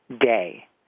day